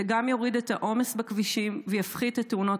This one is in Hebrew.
זה גם יוריד את העומס בכבישים ויפחית את תאונות